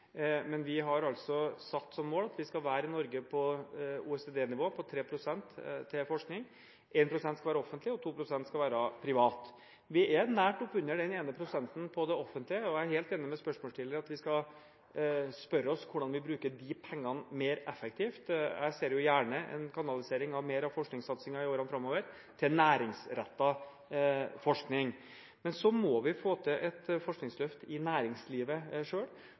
men vi har altså satt som mål at vi i Norge skal være på OECD-nivå med 3 pst. til forskning. 1 pst. skal være offentlig, og 2 pst. skal være privat. Vi er nær oppunder den ene prosenten på det offentlige. Jeg er helt enig med spørsmålsstiller i at vi skal spørre oss hvordan vi kan bruke de pengene mer effektivt. Jeg ser gjerne en kanalisering der mer av forskningssatsingen i årene framover går til næringsrettet forskning, men vi må få til et forskningsløft i næringslivet